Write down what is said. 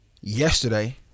yesterday